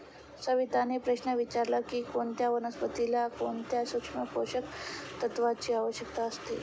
सविताने प्रश्न विचारला की कोणत्या वनस्पतीला कोणत्या सूक्ष्म पोषक तत्वांची आवश्यकता असते?